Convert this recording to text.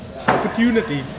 opportunity